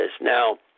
Now